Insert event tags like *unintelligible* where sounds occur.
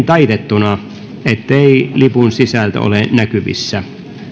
*unintelligible* taitettuna ettei lipun sisältö ole näkyvissä